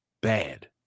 bad